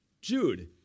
Jude